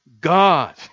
God